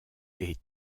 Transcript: est